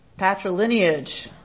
Patrilineage